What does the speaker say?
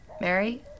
Mary